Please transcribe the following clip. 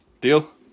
Deal